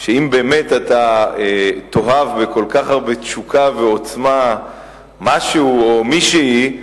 אם באמת אתה תאהב בכל כך הרבה תשוקה ועוצמה משהו או מישהי,